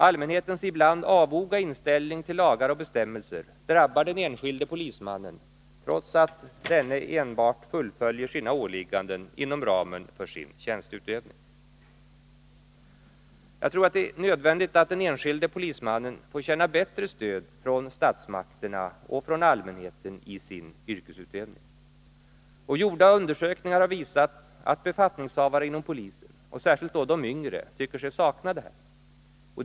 Allmänhetens ibland avoga inställning till lagar och bestämmelser drabbar den enskilde polismannen trots att denne enbart fullföljer sina åligganden inom ramen för sin tjänsteutövning. Jag tror att det är nödvändigt att den enskilde polismannen får känna bättre stöd från statsmakterna i sin yrkesutövning. Gjorda undersökningar har visat att befattningshavare inom polisen, särskilt då de yngre, tycker sig sakna detta stöd.